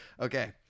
okay